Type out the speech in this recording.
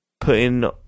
putting